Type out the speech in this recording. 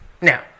Now